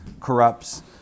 corrupts